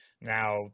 now